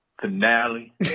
finale